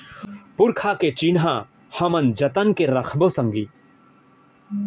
पुरखा के चिन्हा हमन जतन के रखबो संगी